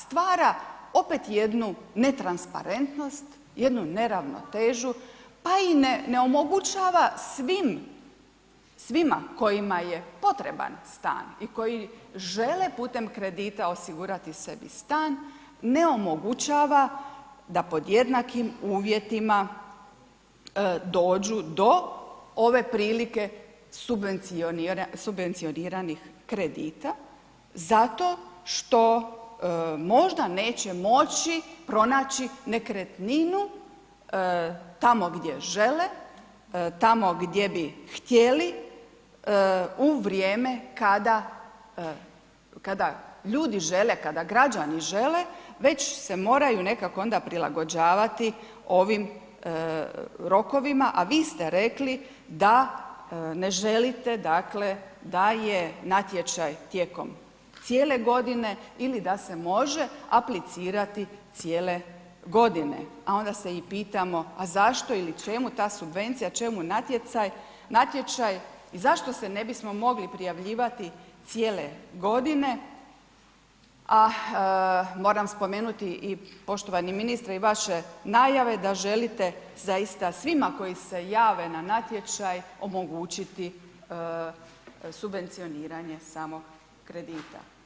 Stvara opet jednu netransparentnost, neravnotežu, pa i ne omogućava svima kojima je potreban stan i koji žele putem kredita osigurati sebi stan, ne omogućava da pod jednakim uvjetima dođu do ove prilike subvencioniranih kredita zato što možda neće moći pronaći nekretninu tamo gdje žele, tamo gdje bi htjeli u vrijeme kada ljudi žele, kada građani žele već moraju nekako onda prilagođavati ovim rokovima a vi ste rekli da ne želite dakle da je natječaj tijekom cijele godine ili da se može aplicirati cijele godine a onda se i pitamo a zašto ili čemu ta subvencija, čemu natječaj i zašto se ne bismo mogli prijavljivati cijele godine a moram spomenuti i poštovani ministre i vaše najave da želite zaista svima koji se jave na natječaj omogućiti subvencioniranje samog kredita.